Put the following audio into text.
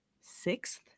sixth